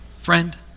Friend